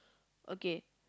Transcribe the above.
okay